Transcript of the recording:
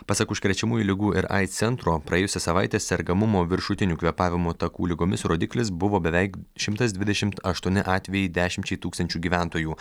pasak užkrečiamųjų ligų ir aids centro praėjusią savaitę sergamumo viršutinių kvėpavimo takų ligomis rodiklis buvo beveik šimtas dvidešimt aštuoni atvejai dešimčiai tūkstančių gyventojų